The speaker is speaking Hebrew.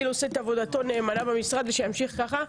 גיל עושה את עבודתו נאמנה במשרד ושימשיך כך,